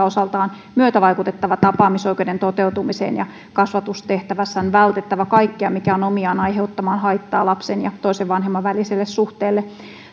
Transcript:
osaltaan myötävaikutettava tapaamisoikeuden toteutumiseen ja kasvatustehtävässä on vältettävä kaikkea mikä on omiaan aiheuttamaan haittaa lapsen ja toisen vanhemman väliselle suhteelle